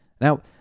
Now